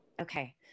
Okay